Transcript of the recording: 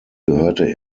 gehörte